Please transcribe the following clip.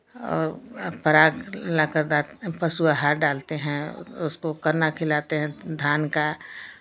और परात लाकर पशु आहार डालते हैं उसको कन्ना खिलाते हैं धान का